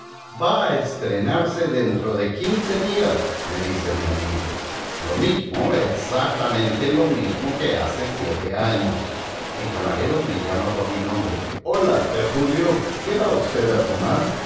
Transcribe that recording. va a estrenarse dentro de quince días me dice mi amigo lo mismo exactamente lo mismo que hace siete años el camarero me llama por mi nombre hola d julio qué va usted a tomar